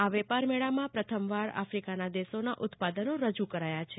આ વેપારમેળામાં પ્રથમવાર આફિકાના દેશોના ઉત્પાદનો રજુ કરાયા છે